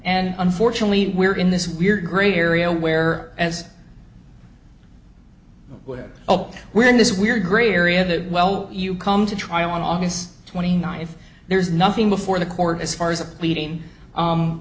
and unfortunately we're in this weird gray area where as whatever oh we're in this weird gray area that well you come to trial on august twenty ninth there's nothing before the court as far as a pleading